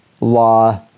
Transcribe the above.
law